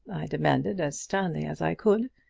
demanded as sternly as i could.